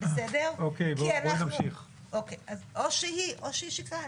או שהיא שיקרה.